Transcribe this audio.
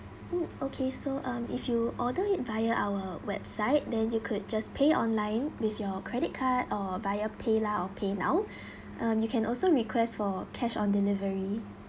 mm okay so um if you order it via our website then you could just pay online with your credit card or via PayLah or PayNow um you can also request for cash on delivery